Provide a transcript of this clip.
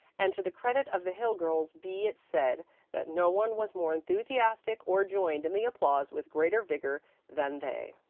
and to the credit of the hill girls be it said that no one was more enthusiastic or joined in the applause with greater vigor than they.